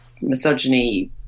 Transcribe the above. misogyny